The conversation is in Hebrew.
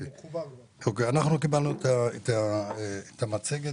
אנחנו קיבלנו את המצגת